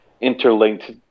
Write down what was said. interlinked